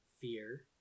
fear